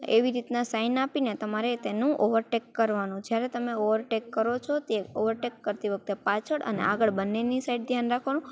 એવી રીતના સાઇન આપીને તમારે તેનું ઓવરટેક કરવાનું જ્યારે તમે ઓવરટેક કરો છો ત્યારે ઓવરટેક કરતી વખતે પાછળ અને આગળ બંનેની સાઈડ ધ્યાન રાખવાનું